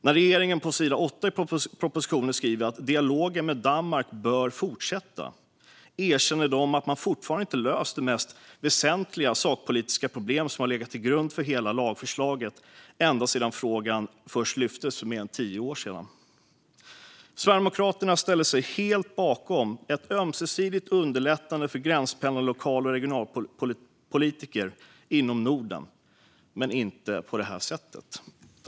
När regeringen på sidan 8 i propositionen skriver att dialogen med Danmark bör fortsätta erkänner man att man fortfarande inte har löst det mest väsentliga sakpolitiska problem som har legat till grund för hela lagförslaget ända sedan frågan först lyftes för mer än tio år sedan. Sverigedemokraterna ställer sig helt bakom ett ömsesidigt underlättande för gränspendlande lokal och regionalpolitiker inom Norden, men inte på det här sättet.